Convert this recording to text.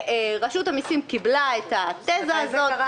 רשות המסים קיבלה את התיזה הזאת.